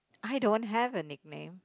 I don't have a nickname